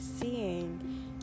seeing